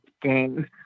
game